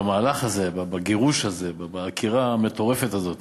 במהלך הזה, בגירוש הזה, בעקירה המטורפת הזאת